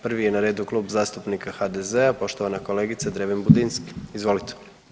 Prvi je na redu Klub zastupnika HDZ-a poštovana kolegica Dreven Budinski, izvolite.